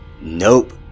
Nope